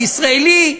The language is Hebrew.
אני ישראלי,